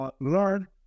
learn